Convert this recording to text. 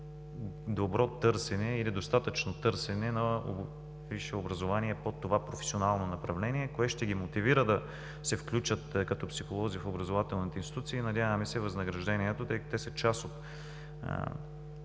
добро търсене, или достатъчно търсене на висше образование по това професионално направление. Кой ще ги мотивира да се включат като психолози в образователните институции? Надяваме се възнаграждението, тъй като те са част от